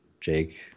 Jake